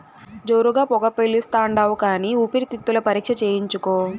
జోరుగా పొగ పిలిస్తాండావు కానీ ఊపిరితిత్తుల పరీక్ష చేయించుకో